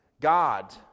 God